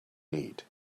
neat